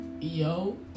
yo